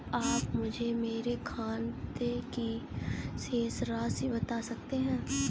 आप मुझे मेरे खाते की शेष राशि बता सकते हैं?